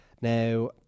Now